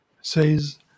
says